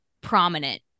prominent